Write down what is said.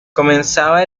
comenzaba